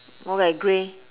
no leh grey